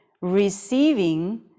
receiving